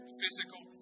physical